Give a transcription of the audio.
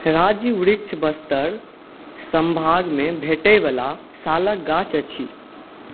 राज्य वृक्ष बस्तर सम्भागमे भेटयवला सालक गाछ अछि